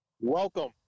welcome